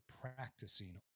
practicing